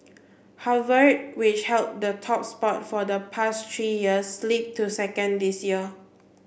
Harvard which held the top spot for the past three years slipped to second this year